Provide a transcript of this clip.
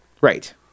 Right